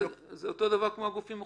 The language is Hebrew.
זה אותו דבר כמו הגופים החוץ-בנקאיים,